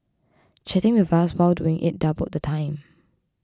chatting with us while doing it doubled the time